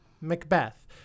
Macbeth